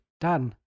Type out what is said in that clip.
Done